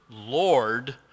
Lord